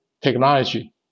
technology